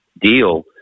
deal